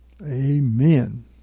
Amen